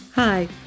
Hi